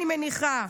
אני מניחה?